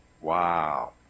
Wow